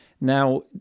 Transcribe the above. Now